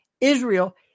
Israel